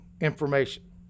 information